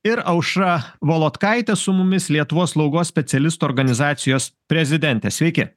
ir aušra volodkaitė su mumis lietuvos slaugos specialistų organizacijos prezidentė sveiki